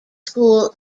school